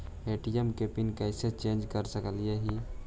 ATM के pin कैसे change कर सकली ही?